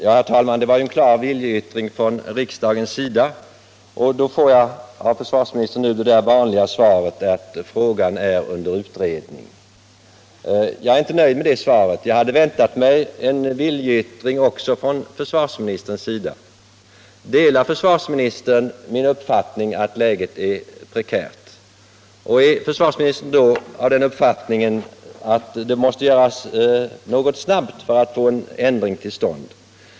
Ja, herr talman, det var en klar viljeyttring från riksdagens sida, och nu får jag av försvarsministern det där vanliga svaret att frågan är under utredning. Jag är inte nöjd med det svaret. Jag hade väntat mig en viljeyttring också från försvarsministerns sida. Delar försvarsministern min uppfattning att läget är prekärt? Är försvarsministern då av den uppfattningen att det måste göras något snabbt för att få en ändring till stånd?